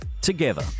together